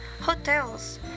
hotels